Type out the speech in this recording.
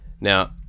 Now